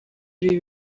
ibi